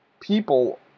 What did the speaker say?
people